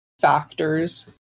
factors